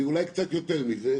ואולי קצת יותר מזה,